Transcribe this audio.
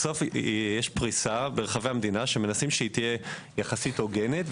בסוף יש פריסה ברחבי המדינה שרוצים שהיא תהיה יחסית הוגנת,